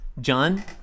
John